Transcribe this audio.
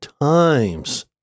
times